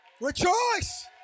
rejoice